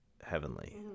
heavenly